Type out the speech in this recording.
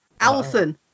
Allison